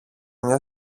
μια